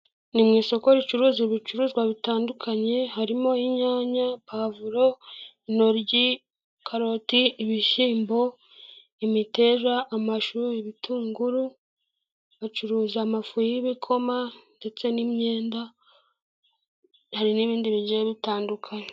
Ni mu isoko ricuruza ibicuruzwa bitandukanye, harimo inyanya, pavuro, intoryi, karoti, ibishyimbo, imiteja, amashu, ibitunguru, bacuruza amafu y'ibikoma, ndetse n'imyenda, hari n'ibindi bigiye bitandukanye.